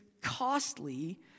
costly